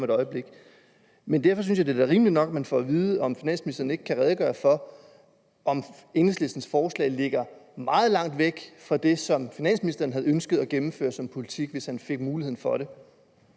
et øjeblik. Men derfor synes jeg da, det er rimeligt nok, at man får at vide – at finansministeren redegør for det – om Enhedslistens forslag ligger meget langt væk fra det, som finansministeren havde ønsket at gennemføre som politik, hvis han fik muligheden for det,